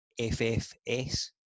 FFS